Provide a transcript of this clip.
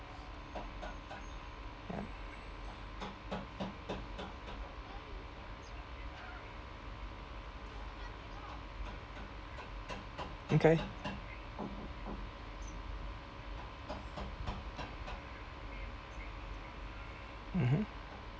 ya okay mmhmm